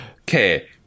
Okay